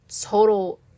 total